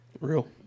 real